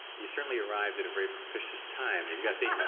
you certainly arrived at a very propitious time.